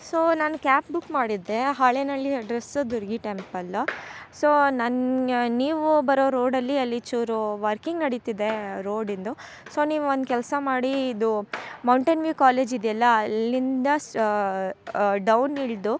so ನಾನು cab book ಮಾಡಿದ್ದೇ Halenahalli address Durgi temple so ನನ್ನ ನೀವು ಬರೋ ರೋಡಲ್ಲಿ ಅಲ್ಲಿ ಚೂರು ವರ್ಕಿಂಗ್ ನಡಿತಿದೆ ರೋಡಿಂದು ಸೊ ನೀವು ಒಂದು ಕೆಲಸ ಮಾಡಿ ಇದು ಮೌಂಟೆನ್ ವಿವ್ ಕಾಲೇಜ್ ಇದೆಯಲ್ಲ ಅಲ್ಲಿಂದ ಸ ಡೌನ್ ಇಳಿದು